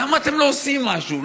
למה אתם לא עושים משהו?